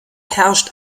herrscht